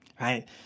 right